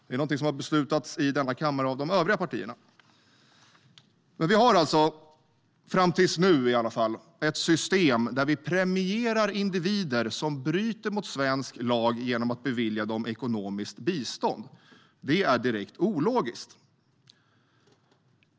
Det är något som har beslutats i denna kammare av de övriga partierna. Fram tills nu har det funnits ett system där vi premierar individer som bryter mot svensk lag genom att bevilja dem ekonomiskt bistånd. Det är direkt ologiskt.